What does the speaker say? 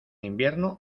invierno